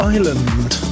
Island